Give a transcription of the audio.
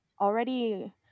already